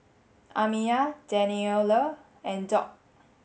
Amiyah Daniele and Doc